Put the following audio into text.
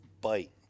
bite